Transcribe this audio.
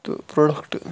تہٕ پروڈَکٹ